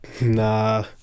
Nah